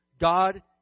God